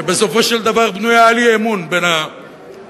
שבסופו של דבר בנויה על אי-אמון בין מוסדות